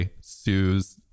sues